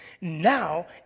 now